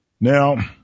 Now